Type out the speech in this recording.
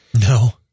No